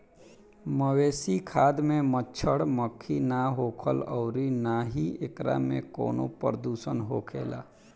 मवेशी खाद में मच्छड़, मक्खी ना होखेलन अउरी ना ही एकरा में कवनो प्रदुषण होखेला